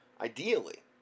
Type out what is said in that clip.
ideally